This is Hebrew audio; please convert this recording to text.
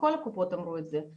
שכל קופות החולים אמרו את זה.